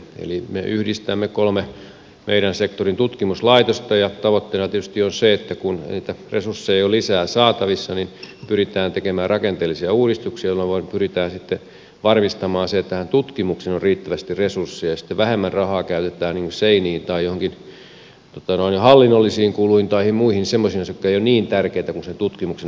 eli me yhdistämme kolme meidän sektorin tutkimuslaitosta ja tavoitteena tietysti on se että kun niitä resursseja ei ole lisää saatavissa niin pyritään tekemään rakenteellisia uudistuksia joilla pyritään sitten varmistamaan se että tähän tutkimukseen on riittävästi resursseja ja sitten vähemmän rahaa käytetään seiniin tai joihinkin hallinnollisiin kuluihin tai muihin semmoisiin asioihin jotka eivät ole niin tärkeitä kuin se tutkimus